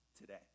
today